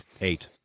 eight